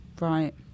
Right